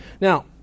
Now